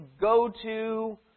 go-to